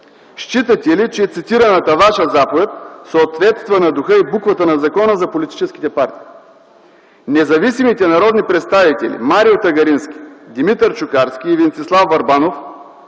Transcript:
считате ли, че цитираната Ваша заповед съответства на духа и на буквата на Закона за политическите партии? Независимите народни представители Марио Тагарински, Димитър Чукарски и Венцислав Върбанов